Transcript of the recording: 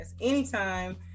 anytime